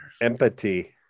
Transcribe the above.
Empathy